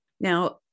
Now